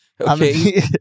Okay